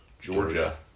Georgia